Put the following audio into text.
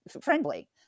friendly